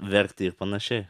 verkti ir panašiai